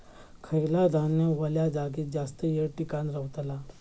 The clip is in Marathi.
खयला धान्य वल्या जागेत जास्त येळ टिकान रवतला?